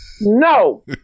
no